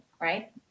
right